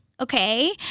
Okay